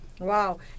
Wow